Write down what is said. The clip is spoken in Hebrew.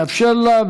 נאפשר לה,